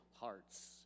hearts